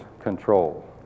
control